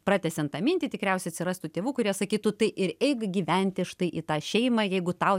pratęsiant tą mintį tikriausiai atsirastų tėvų kurie sakytų tai ir eik gyventi štai į tą šeimą jeigu tau